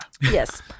Yes